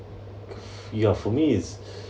ya for me is